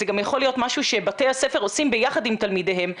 זה גם יכול להיות משהו שבתי הספר עושים ביחד עם תלמידיהם,